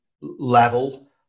level